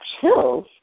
chills